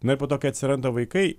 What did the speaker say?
na ir po to kai atsiranda vaikai ir